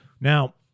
Now